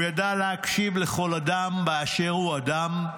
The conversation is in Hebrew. הוא ידע להקשיב לכל אדם באשר הוא אדם,